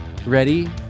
Ready